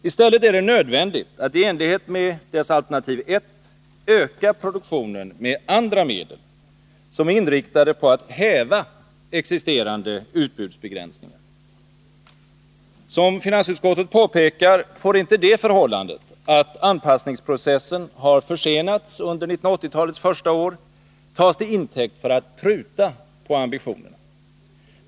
I stället är det nödvändigt att i enlighet med dess alternativ 1 öka produktionen med andra medel, som är inriktade på att häva existerande utbudsbegränsningar. Som finansutskottet påpekar får inte det förhållandet att anpassningsprocessen har försenats under 1980-talets första år tas till intäkt för att pruta på ambitionerna.